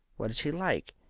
what is he like?